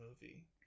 movie